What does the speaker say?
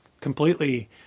completely